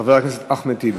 חבר הכנסת אחמד טיבי.